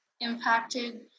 impacted